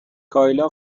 کایلا